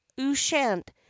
ushant